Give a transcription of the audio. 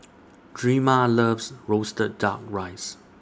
Drema loves Roasted Duck Rice